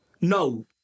No